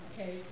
Okay